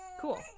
Cool